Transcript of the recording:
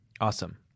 Awesome